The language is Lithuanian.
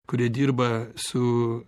kurie dirba su